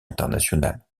internationale